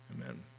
Amen